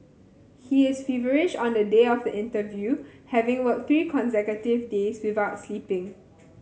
he is feverish on the day of the interview having worked three consecutive days without sleeping